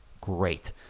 great